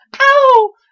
Ow